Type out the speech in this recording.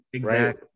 right